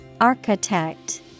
Architect